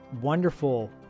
wonderful